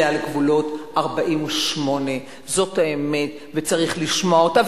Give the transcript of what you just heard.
אלא על גבולות 48'. זאת האמת וצריך לשמוע אותה,